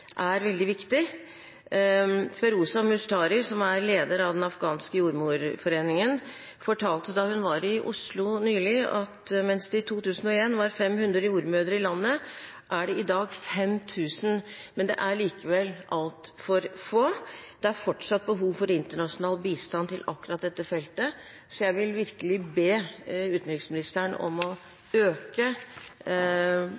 som er leder av den afghanske jordmorforeningen, fortalte da hun var i Oslo nylig at mens det i 2001 var 500 jordmødre i landet, er det i dag 5 000, men det er likevel altfor få. Det er fortsatt behov for internasjonal bistand til akkurat dette feltet, så jeg vil virkelig be utenriksministeren om både å